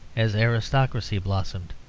as aristocracy blossomed,